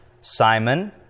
Simon